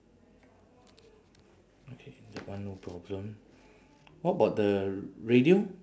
okay that one no problem what about the radio